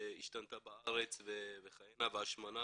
שהשתנתה בארץ והשמנה